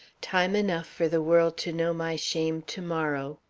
time enough for the world to know my shame to-morrow.